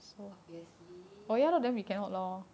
obviously